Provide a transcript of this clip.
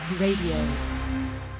Radio